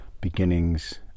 Beginnings